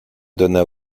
donna